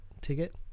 ticket